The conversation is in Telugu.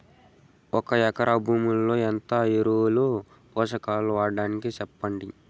ఒక ఎకరా భూమిలో ఎంత ఎరువులు, పోషకాలు వాడాలి సెప్పండి?